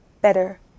better